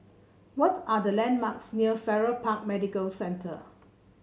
what are the landmarks near Farrer Park Medical Centre